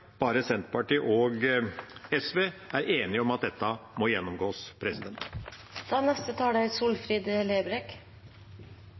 bare Senterpartiet og SV som er enige om at dette må gjennomgås.